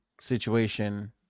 situation